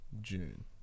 June